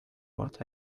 what